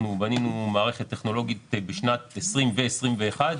בנינו מערכת טכנולוגית בשנת 2020 ו-2021,